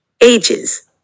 ages